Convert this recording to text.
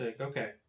Okay